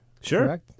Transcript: Sure